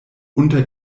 unter